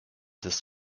this